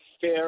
fair